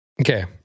Okay